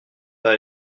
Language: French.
êtes